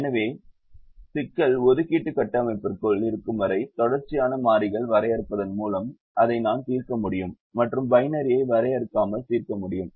எனவே சிக்கல் ஒதுக்கீட்டு கட்டமைப்பிற்குள் இருக்கும் வரை தொடர்ச்சியான மாறிகளை வரையறுப்பதன் மூலம் அதை நான் தீர்க்க முடியும் மற்றும் பைனரியை வரையறுக்காமல் தீர்க்க முடியும்